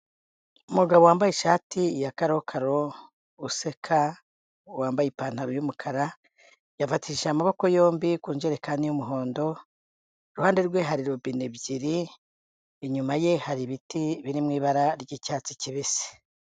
Umugabo wambaye ishati ya karokaro, useka wambaye ipantaro y'umukara, yafatishije amaboko yombi ku njerekani y'umuhondo, iruhande rwe hari robine ebyiri, inyuma ye hari ibiti biri mu ibara ry'icyatsi kibisi.